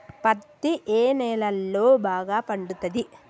పత్తి ఏ నేలల్లో బాగా పండుతది?